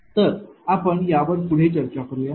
तर आपण यावर पुढे चर्चा करूया